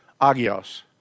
agios